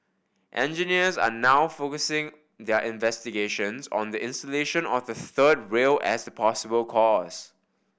engineers are now focusing their investigations on the insulation of the third rail as the possible cause